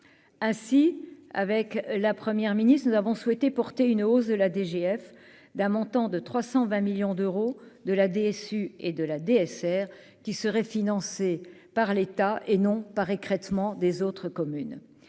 ainsi avec la première ministre et nous avons souhaité porter une hausse de la DGF, d'un montant de 320 millions d'euros de la DSU et de la DSR qui serait financé par l'État et non par écrêtement des autres communes,